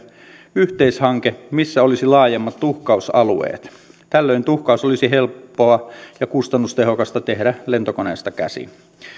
yhteishanke missä olisi laajemmat tuhkausalueet tällöin tuhkaus olisi helppoa ja kustannustehokasta tehdä lentokoneesta käsin